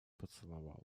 поцеловал